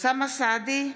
אוסאמה סעדי,